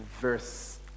verse